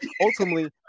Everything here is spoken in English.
ultimately